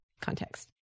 context